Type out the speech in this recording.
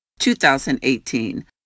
2018